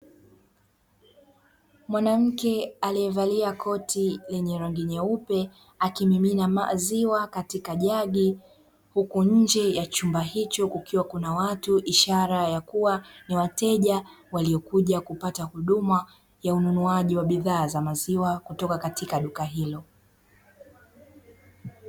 Mwanamke aliyevalia koti lenye rangi nyeupe akimimina maziwa katika jagi, huku nje ya chumba hicho kukiwa na watu ishara ya kuwa ni wateja waliokuja kupata huduma wa ununuaji wa bidhaa za maziwa kutoka katika duka hilo.